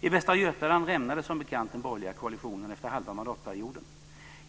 I Västra Götaland rämnade som bekant den borgerliga koalitionen efter halva mandatperioden.